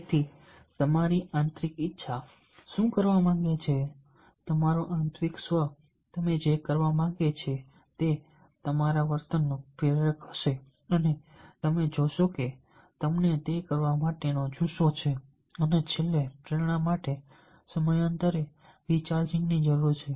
તેથી તમારું આંતરિક ઇચ્છા શું કરવા માંગે છે તમારું આંતરિક સ્વ તમે જે કરવા માંગે છે તે તમારા વર્તનનું પ્રેરક હશે અને તમે જોશો કે તમને તે કરવા માટેનો જુસ્સો છે અને છેલ્લે પ્રેરણા માટે સમયાંતરે રિચાર્જિંગની જરૂર છે